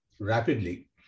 rapidly